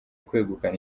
kwegukana